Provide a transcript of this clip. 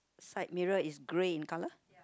side mirror is grey in colour